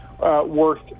Worth